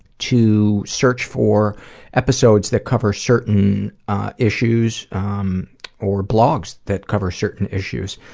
to search for episodes that cover certain issues um or blogs that cover certain issues.